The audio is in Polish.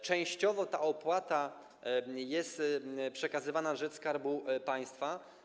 Częściowo ta opłata jest przekazywana na rzecz Skarbu Państwa.